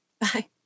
bye